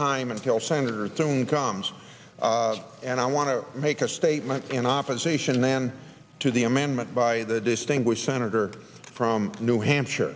time until senator thune comes and i want to make a statement in opposition then to the amendment by the distinguished senator from new i'm sure